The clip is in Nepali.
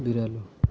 बिरालो